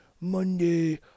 Monday